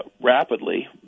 rapidly